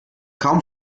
kaum